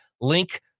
link